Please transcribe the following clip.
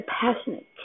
passionate